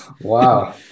Wow